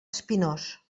espinós